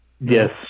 Yes